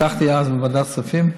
הבטחתי אז בוועדת הכספים,